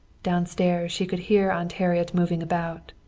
downstairs she could hear aunt harriet moving about.